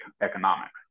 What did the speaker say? economics